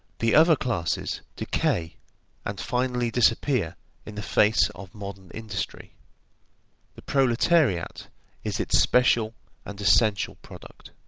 the other classes decay and finally disappear in the face of modern industry the proletariat is its special and essential product.